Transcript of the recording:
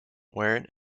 where